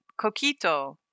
coquito